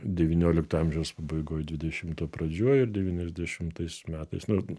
devyniolikto amžiaus pabaigoj dvidešimto pradžioj ir devyniasdešimtais metais nu